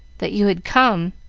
that you had come,